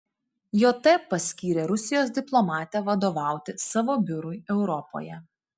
jt paskyrė rusijos diplomatę vadovauti savo biurui europoje